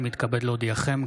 אני מתכבד להודיעכם,